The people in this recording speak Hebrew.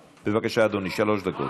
בבקשה, אדוני, שלוש דקות.